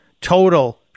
total